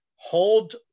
Hold